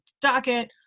docket